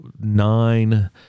nine